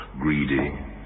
greedy